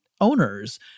owners